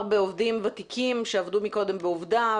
בעובדים ותיקים שעבדו מקודם בעובדה,